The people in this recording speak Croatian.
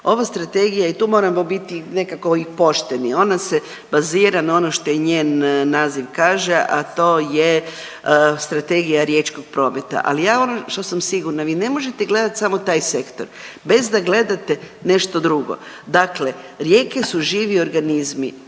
Ova strategija je i tu moramo biti nekako i pošteni, ona se bazira na ono što je njen naziv kaže, a to je Strategija riječkog prometa. Ali ja ono što sam sigurna, vi ne možete gledat samo taj sektor, bez da gledate nešto drugo. Dakle, rijeke su živi organizmi